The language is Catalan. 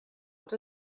els